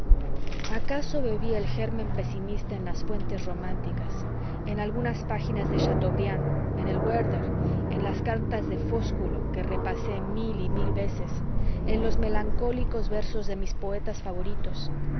acaso bebí el germen pesimista en las fuentes románticas en algunas páginas de chateaubriand en el werther en las cartas de fósculo que repasé mil y mil veces en los melancólicos versos de mis poetas favoritos